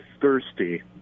thirsty